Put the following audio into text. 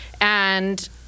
And-